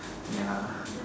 ya